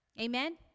Amen